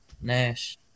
Nash